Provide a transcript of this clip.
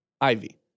Ivy